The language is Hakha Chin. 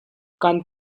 kaan